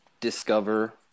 discover